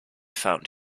found